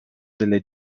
delle